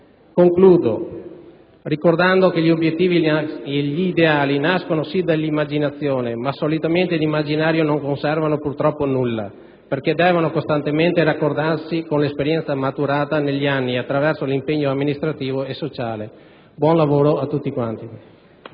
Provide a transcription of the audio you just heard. Concludo ricordando che gli obiettivi e gli ideali nascono certamente dall'immaginazione, ma solitamente d'immaginario purtroppo non conservano nulla perché devono costantemente raccordarsi con l'esperienza maturata negli anni attraverso l'impegno amministrativo e sociale. Auguro a tutti un